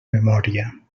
memòria